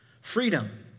Freedom